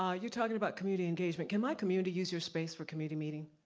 ah you're talking about community engagement, can my community use your space for committee meeting?